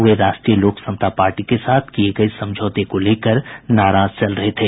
वे Rashtriya Lok Samta Party के साथ किये गये समझौते को लेकर नाराज चल रहे थे